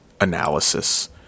Analysis